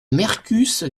mercus